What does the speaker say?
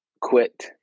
quit